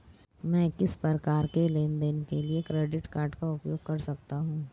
मैं किस प्रकार के लेनदेन के लिए क्रेडिट कार्ड का उपयोग कर सकता हूं?